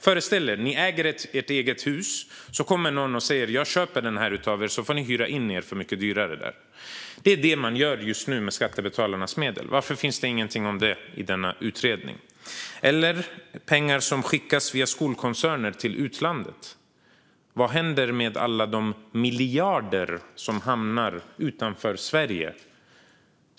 Föreställ er att ni äger ert eget hus och att någon kommer och säger: Jag köper huset av er, och så får ni hyra in er mycket dyrare. Det är det man gör just nu med skattebetalarnas medel. Varför finns det ingenting om det i denna utredning? Eller ta detta med pengar som skickas via skolkoncerner till utlandet. Vad händer med alla de miljarder som hamnar utanför Sverige?